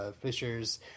Fishers